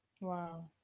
wow